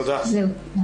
זהו.